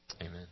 Amen